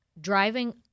Driving